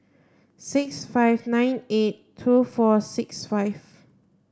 six five nine eight two four six five